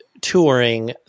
touring